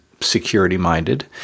security-minded